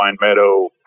meadow